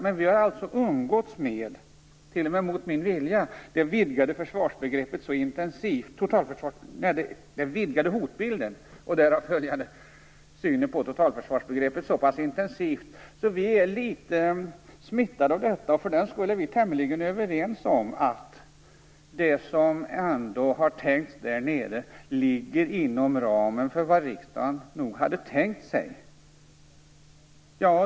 Men vi har alltså, t.o.m. mot min vilja, umgåtts med den vidgade hotbilden och den syn på totalförsvaret som följer därav så pass intensivt att vi är litet smittade av detta. Därför är vi tämligen överens om att det som ändå har tänkts ut ligger inom ramen för vad riksdagen nog hade tänkt sig.